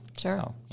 Sure